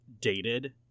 dated